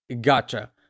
Gotcha